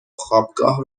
خوابگاه